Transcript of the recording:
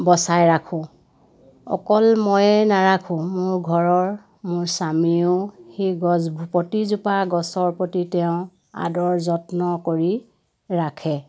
বচাই ৰাখোঁ অকল ময়ে নাৰাখো মোৰ ঘৰৰ মোৰ স্বামীও সেই গছ প্ৰতিজোপা গছৰ প্ৰতি তেওঁৰ আদৰ যত্ন কৰি ৰাখে